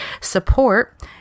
support